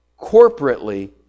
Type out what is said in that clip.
Corporately